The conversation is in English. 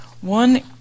One